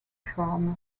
farmer